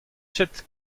ket